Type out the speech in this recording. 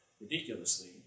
ridiculously